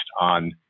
on